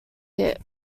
hit